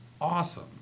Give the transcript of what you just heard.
awesome